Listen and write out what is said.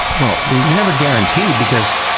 well, you're never guaranteed because,